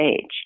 age